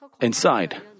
inside